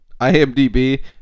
IMDB